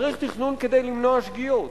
צריך תכנון כדי למנוע שגיאות,